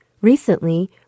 Recently